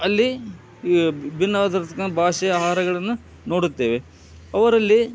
ಅಲ್ಲಿ ಈ ಭಿನ್ನವಾದಂಥ ಭಾಷೆ ಆಹಾರಗಳನ್ನ ನೋಡುತ್ತೇವೆ ಅವರಲ್ಲಿ